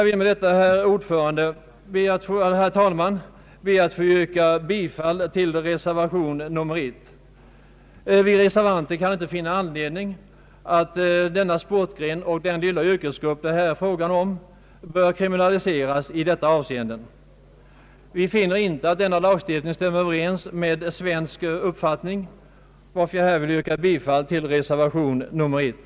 Vi reservanter kan inte finna anledning till att boxningen och den lilla yrkesgrupp som det här är fråga om bör kriminaliseras i förevarande avseende. Vi finner inte att den föreslagna lagstiftningen stämmer överens med svensk uppfattning. Med det anförda ber jag att få yrka bifall till reservation 1.